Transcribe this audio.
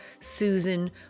Susan